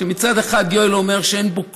מצד אחד יואל אומר שאין בו כלום,